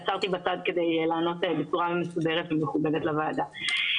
עצרתי בצד כדי לענות בצורה מסודרת ומכובדת לוועדה.